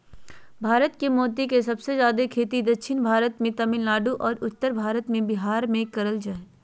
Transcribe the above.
भारत मे मोती के सबसे जादे खेती दक्षिण भारत मे तमिलनाडु आरो उत्तर भारत के बिहार मे करल जा हय